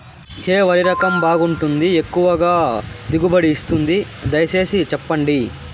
ఏ వరి రకం బాగుంటుంది, ఎక్కువగా దిగుబడి ఇస్తుంది దయసేసి చెప్పండి?